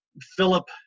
Philip